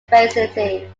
facility